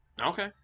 Okay